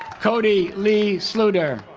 cody lee sluder